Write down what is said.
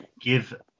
give